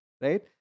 right